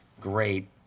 great